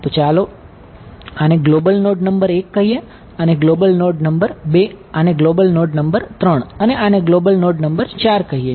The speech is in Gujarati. તો ચાલો આને ગ્લોબલ નોડ નંબર 1 કહીએ આને ગ્લોબલ નોડ 2 આને ગ્લોબલ નોડ 3 અને આને ગ્લોબલ નોડ 4 કહીએ